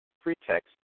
pretext